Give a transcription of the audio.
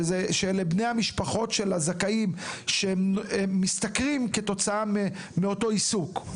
שאלה בני המשפחות של הזכאים שמשתכרים כתוצאה מאותו עיסוק.